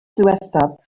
ddiwethaf